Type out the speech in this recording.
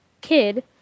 kid